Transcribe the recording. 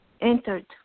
entered